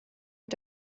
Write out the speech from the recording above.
mit